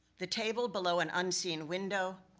the table below an unseen window,